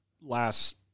last